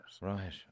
Right